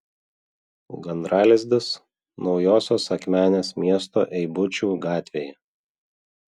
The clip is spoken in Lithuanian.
gandralizdis naujosios akmenės miesto eibučių gatvėje